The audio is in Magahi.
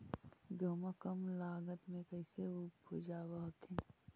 गेहुमा कम लागत मे कैसे उपजाब हखिन?